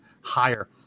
higher